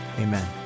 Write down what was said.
amen